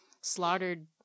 slaughtered